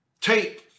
tape